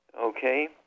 okay